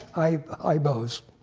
aibos,